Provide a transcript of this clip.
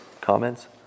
comments